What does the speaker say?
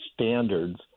standards